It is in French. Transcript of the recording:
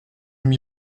m’y